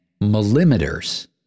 millimeters